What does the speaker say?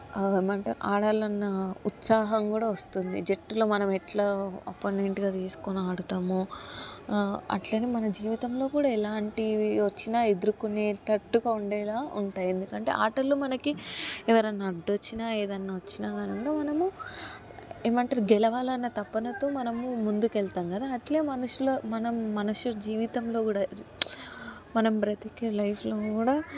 ఏమంటారు ఆడాలన్న ఉత్సాహం కూడా వస్తుంది జట్టులో మనం ఎట్లా అపోనెంట్గా తీసుకొని ఆడుతామో అట్లనే మన జీవితంలో కూడా ఎలాంటివి వచ్చిన ఎదుర్కొనేటట్టుగా ఉండేలా ఉంటాయి ఎందుకంటే ఆటలు మనకి ఎవరైనా అడ్డు వచ్చినా ఏదైనా వచ్చిన కానివ్వండి మనము ఏమంటారు గెలవాలన్న తపనతో మనము ఏమంటారు గెలవాలన్న తప్పన్నతో ముందుకు వెళ్తాం కదా అట్లే మనుషులు మనం మనుషులు జీవితంలో కూడా మనం బ్రతికే లైఫ్లో కూడా